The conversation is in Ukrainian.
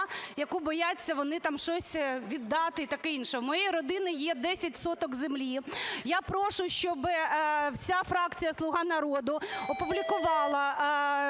яку бояться вони там щось віддати і таке інше. В моєї родини є 10 соток землі. Я прошу, щоби вся фракція "Слуга народу" опублікувала,